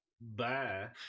Bye